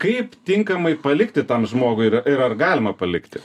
kaip tinkamai palikti tam žmogui ir ir ar galima palikti